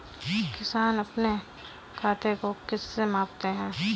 किसान अपने खेत को किससे मापते हैं?